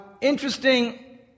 Interesting